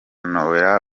noella